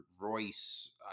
royce